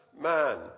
man